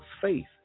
faith